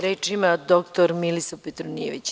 Reč ima dr Milisav Petronijević.